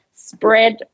spread